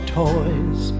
toys